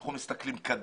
אנחנו מסתכלים קדימה.